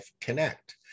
Connect